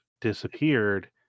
disappeared